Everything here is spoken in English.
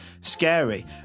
scary